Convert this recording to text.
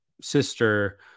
sister